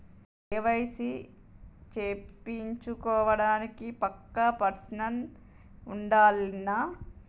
KYC చేపిచ్చుకోవడానికి పక్కా person ఉండాల్నా?